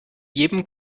jedem